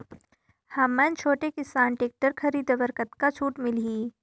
हमन छोटे किसान टेक्टर खरीदे बर कतका छूट मिलही?